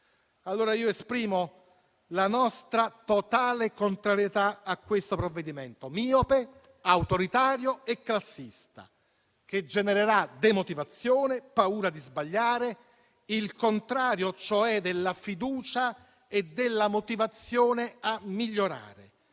Io esprimo la nostra totale contrarietà a questo provvedimento, miope, autoritario e classista, che genererà demotivazione e paura di sbagliare, il contrario, cioè, della fiducia e della motivazione a migliorare